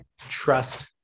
trust